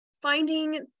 finding